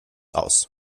aus